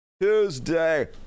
Tuesday